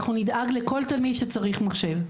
אנחנו נדאג לכל תלמיד שצריך מחשב.